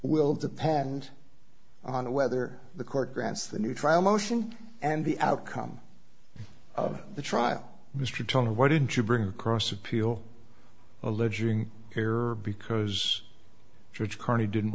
will depend on whether the court grants the new trial motion and the outcome of the trial mr toner why didn't you bring the cross appeal alleging error because george carney didn't